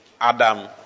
Adam